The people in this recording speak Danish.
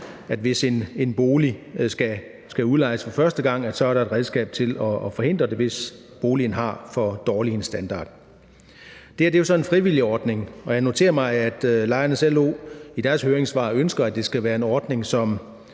at en bolig skal udlejes for første gang, at det her er et redskab til at forhindre det, hvis boligen har en for dårlig standard. Det her er så en frivillig ordning, og jeg noterer mig, at Lejernes LO i deres høringssvar ønsker, at det skal være en ordning, der